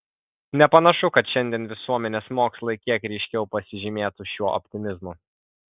nepanašu kad šiandien visuomenės mokslai kiek ryškiau pasižymėtų šiuo optimizmu